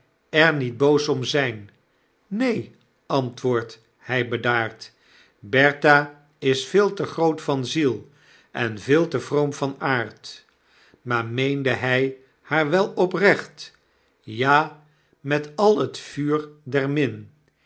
er niet boos om zyn neen antwoordt hy bedaard bertha is veel te groot van ziel en veel te vroom van aard maar meende hy haar wel oprecht w ja met al t vuur der